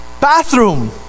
bathroom